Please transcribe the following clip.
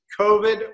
COVID